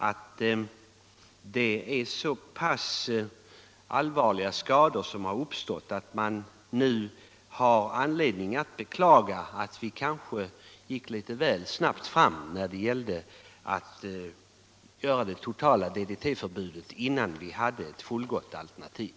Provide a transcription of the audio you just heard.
Det har uppstått så pass allvarliga skador att man har anledning att beklaga att vi kanske gick litet väl snabbt fram när det gällde att införa ett totalt DDT-förbud innan vi hade fullgott alternativ.